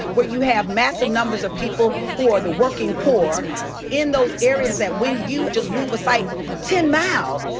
where you have massive numbers of people who are the working poor in those areas that when you just move a site ten miles,